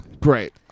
great